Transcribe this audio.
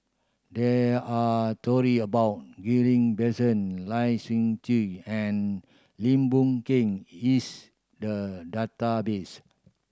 there are story about Ghillie Basan Lai Siu Chiu and Lim Boon Keng is the database